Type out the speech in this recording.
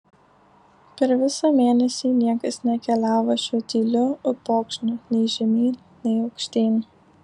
per visą mėnesį niekas nekeliavo šiuo tyliu upokšniu nei žemyn nei aukštyn